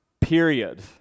period